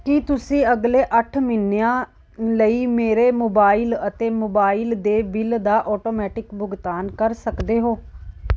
ਕੀ ਤੁਸੀਂਂ ਅਗਲੇ ਅੱਠ ਮਹੀਨਿਆਂ ਲਈ ਮੇਰੇ ਮੋਬਾਈਲ ਅਤੇ ਮੋਬਾਈਲ ਦੇ ਬਿੱਲ ਦਾ ਆਟੋਮੈਟਿਕ ਭੁਗਤਾਨ ਕਰ ਸਕਦੇ ਹੋ